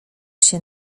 się